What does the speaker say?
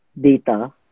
data